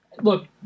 Look